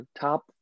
top